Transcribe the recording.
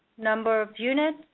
number of units,